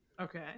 Okay